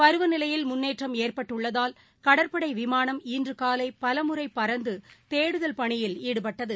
பருவநிலையில் முன்னேற்றம் ஏற்பட்டுள்ளதால் கடற்படைவிமானம் இன்றுகாலைபலமுறைபறந்துதேடுதல் பணியில் ஈடுபட்டது